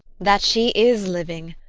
that she is living,